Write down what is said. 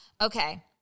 Okay